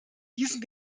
diesen